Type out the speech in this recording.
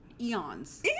eons